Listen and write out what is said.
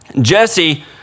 Jesse